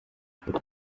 paul